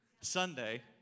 Sunday